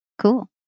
Cool